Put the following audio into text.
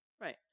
Right